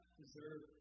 deserve